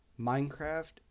Minecraft